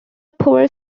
poor